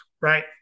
right